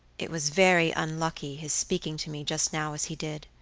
it was very unlucky his speaking to me just now as he did.